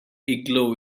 igloo